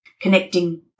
connecting